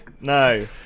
No